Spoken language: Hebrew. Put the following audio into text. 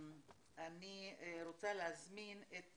רוצה להזמין את